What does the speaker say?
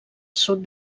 sud